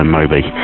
Moby